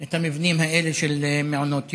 את המבנים האלה של מעונות היום.